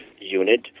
Unit